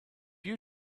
you